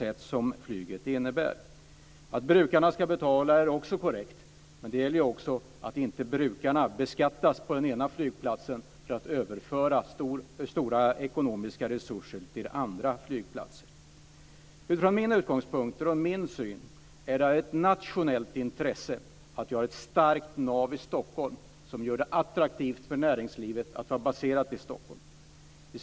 Det är också korrekt att brukarna ska betala, men skattemedlen från brukarna för en viss flygplats ska inte användas för överföring av stora ekonomiska resurser till andra flygplatser. Från min utgångspunkt är det ett nationellt intresse att vi har ett starkt nav i Stockholm, som gör det attraktivt för näringslivet att vara baserat i Stockholm.